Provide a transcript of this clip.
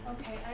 Okay